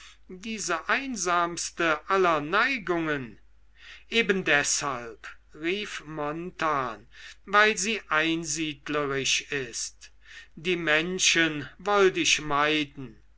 diese einsamste aller neigungen eben deshalb rief jarno weil sie einsiedlerisch ist die menschen wollt ich meiden